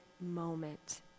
moment